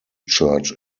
church